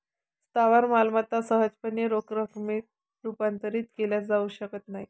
स्थावर मालमत्ता सहजपणे रोख रकमेत रूपांतरित केल्या जाऊ शकत नाहीत